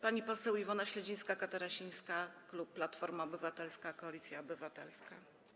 Pani poseł Iwona Śledzińska-Katarasińska, klub Platforma Obywatelska - Koalicja Obywatelska.